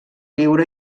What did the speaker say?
lleure